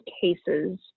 cases